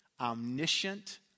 omniscient